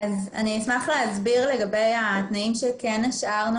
אני אשמח להסביר לגבי התנאים שכן השארנו